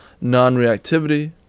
non-reactivity